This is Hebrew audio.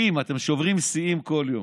זה שיאים, אתם שוברים שיאים כל יום.